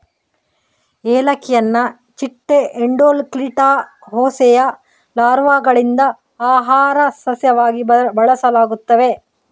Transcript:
ಏಲಕ್ಕಿಯನ್ನು ಚಿಟ್ಟೆ ಎಂಡೋಕ್ಲಿಟಾ ಹೋಸೆಯ ಲಾರ್ವಾಗಳಿಂದ ಆಹಾರ ಸಸ್ಯವಾಗಿ ಬಳಸಲಾಗುತ್ತದೆ